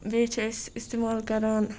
بیٚیہِ چھِ أسۍ اِستعمال کَران